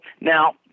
now